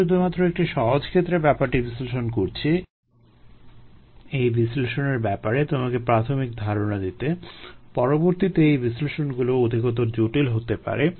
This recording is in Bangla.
আমি শুধুমাত্র একটি সহজ ক্ষেত্রে ব্যাপারটি বিশ্লেষণ করছি এই বিশ্লেষণের ব্যাপারে তোমাকে প্রাথমিক ধারণা দিতে পরবর্তীতে এই বিশ্লেষণগুলো অধিকতর জটিল হতে পারে